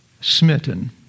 smitten